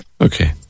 Okay